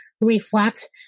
reflect